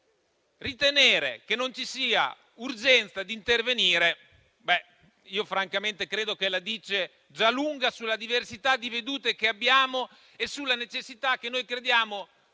ritenere che non ci sia urgenza di intervenire francamente credo che la dica lunga sulla diversità di vedute che abbiamo e sulla necessità - che riteniamo